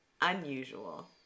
unusual